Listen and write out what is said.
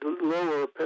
lower